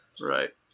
Right